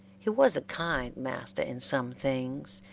he was a kind master in some things,